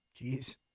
Jeez